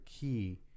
key